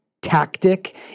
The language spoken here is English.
Tactic